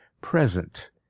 present